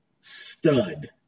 stud